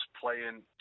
playing